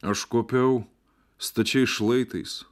aš kopiau stačiais šlaitais